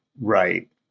Right